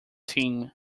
team